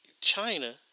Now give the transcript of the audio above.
China